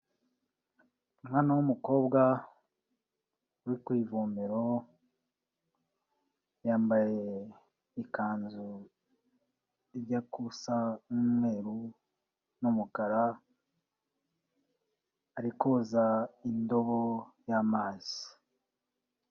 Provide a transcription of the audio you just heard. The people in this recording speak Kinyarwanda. Umwana w'umukobwa uri ku ivomero yambaye ikanzu ijya kusa n'umweru n'umukara, ari koza indobo y'amazi.